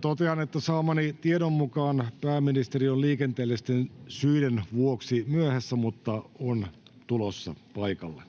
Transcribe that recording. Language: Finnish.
totean, että saamani tiedon mukaan pääministeri on liikenteellisten syiden vuoksi myöhässä, mutta on tulossa paikalle.